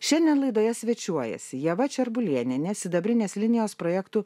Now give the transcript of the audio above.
šiandien laidoje svečiuojasi ieva čerbulėnienė sidabrinės linijos projektų